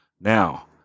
Now